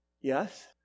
Yes